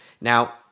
Now